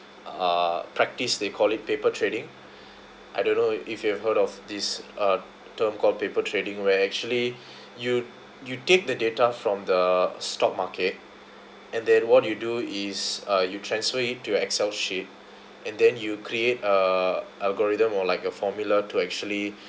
uh practice they call it paper trading I don't know if you have heard of this uh term called paper trading where actually you you take the data from the stock market and then what you do is uh you transfer it to an excel sheet and then you create a algorithm or like a formula to actually